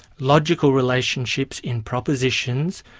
logical relationships in propositions,